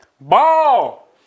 Ball